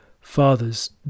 Fathers